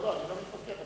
אני לא מתווכח על זה.